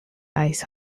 ice